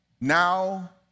Now